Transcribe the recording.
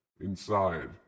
inside